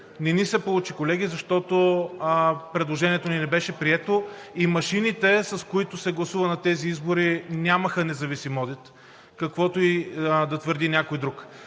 Не ни се получи, колеги, защото предложението ни не беше прието, и машините, с които се гласува на тези избори, нямаха независим одит, каквото и да твърди някой друг.